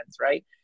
right